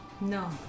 No